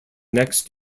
next